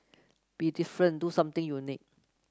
be different do something unique